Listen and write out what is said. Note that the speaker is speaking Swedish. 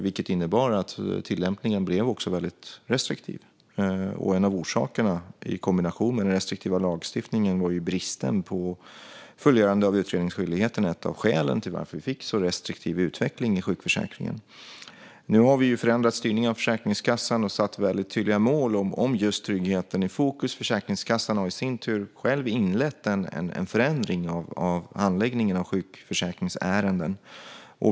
Det innebar att tillämpningen också blev väldigt restriktiv. I kombination med den restriktiva lagstiftningen var bristen på fullgörande av utredningsskyldigheten ett av skälen till att vi fick en så restriktiv utveckling i sjukförsäkringen. Nu har vi förändrat styrningen av Försäkringskassan och satt väldigt tydliga mål med just tryggheten i fokus. Försäkringskassan har i sin tur själv inlett en förändring av handläggningen av sjukförsäkringsärenden.